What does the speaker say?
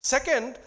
Second